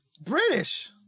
British